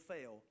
fail